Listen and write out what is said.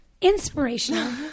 inspirational